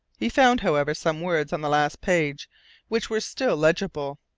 he found, however, some words on the last page which were still legible,